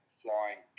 flying